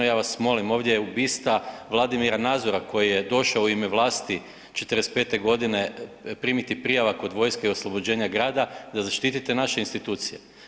Ja vas molim ovdje je bista Vladimira Nazora koji je došao u ime vlasti '45.g. primiti prijava kod vojske i oslobođenja grada da zaštitite naše institucije.